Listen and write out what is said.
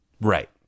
right